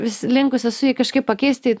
vis linkus esu jį kažkaip pakeisti į